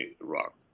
Iraq